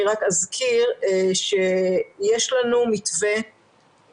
אני רק אזכיר שיש לנו מתווה